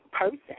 person